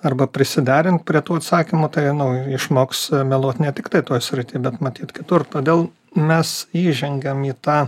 arba prisiderint prie tų atsakymų tai nu tai išmoks meluot ne tiktai tuos sritį bet matyt kitur todėl mes įžengiam į tą